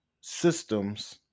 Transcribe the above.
systems